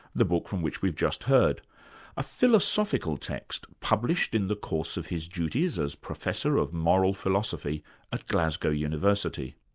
the book from which we've just heard a philosophical text, published in the course of his duties as professor of moral philosophy at glasgow university.